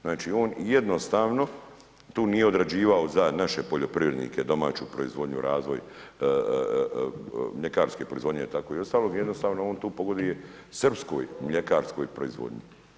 Znači on jednostavno tu nije odrađivao za naše poljoprivrednike domaću proizvodnju, razvoj mljekarske proizvodnje tako i ostalo, jednostavno on tu pogoduje srpskoj mljekarskoj proizvodnji.